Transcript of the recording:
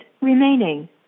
remaining